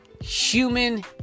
human